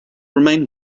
remain